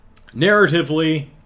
Narratively